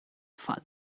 fall